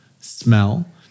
smell